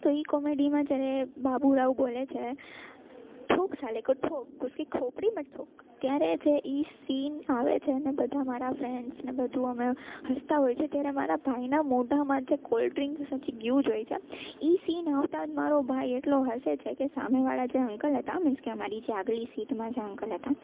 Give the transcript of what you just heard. તો એ કોમેડીમાં જ્યારે બાબુરાવ બોલે છે ઠોક સાલે ઠોક ઉસકી ખોપડી મેં ઠોક ત્યારે જે એ સીન આવે છે ને બધા મારા ફ્રેંડ્સ ને બધું અમે હસતાં હોય છે ત્યારે અમારા ભાઈના મોઢામાં જે કોલ્ડ્રીંક્સ હજી ગયું જ હોય છે એ સીન આવતા જ મારો ભાઈ એટલો હસે છે કે સામેવાળા જે અંકલ હતા મીન્સ કે અમારી આગલી સીટમાં જે અંકલ હતા